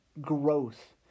growth